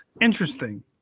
interesting